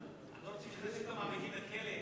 אנחנו לא רוצים שיכניסו את המעבידים לכלא.